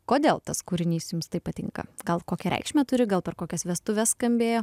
kodėl tas kūrinys jums taip patinka gal kokią reikšmę turi gal per kokias vestuves skambėjo